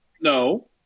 No